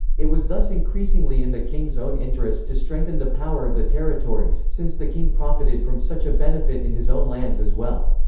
it was thus increasingly in the king's own interest to strengthen the power of the territories, since the king profited from such a benefit in his own lands as well.